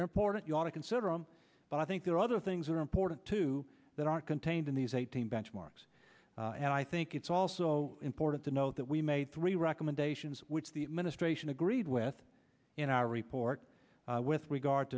important you ought to consider them but i think there are other things that are important to that are contained in these eighteen benchmarks and i think it's also important to note that we made three recommendations which the administration agreed with in our report with regard